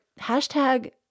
hashtag